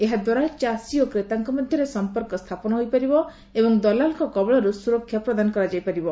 ଏହାଦ୍ୱାରା ଚାଷୀ ଓ କ୍ରେତାଙ୍କ ମଧ୍ୟରେ ସମ୍ପର୍କ ସ୍ଥାପନ ହୋଇପାରିବ ଏବଂ ଏହି ଇ ବଜାର ଦଲାଲଙ୍କ କବଳରୁ ସୁରକ୍ଷା ପ୍ରଦାନ କରିବ